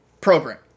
program